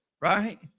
right